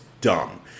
dumb